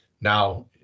now